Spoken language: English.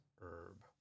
herb